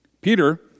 Peter